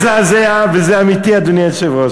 מזעזע, וזה אמיתי, אדוני היושב-ראש.